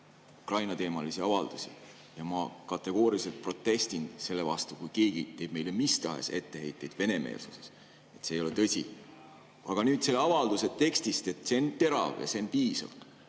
Ukraina-teemalisi avaldusi. Ma kategooriliselt protestin selle vastu, kui keegi teeb meile mis tahes etteheiteid venemeelsuses. See ei ole tõsi. Aga nüüd selle avalduse tekstist. See on terav ja see on piisav.